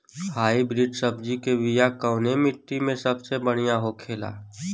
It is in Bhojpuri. हाइब्रिड सब्जी के बिया कवने मिट्टी में सबसे बढ़ियां होखे ला?